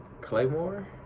Claymore